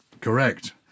Correct